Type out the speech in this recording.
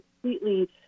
completely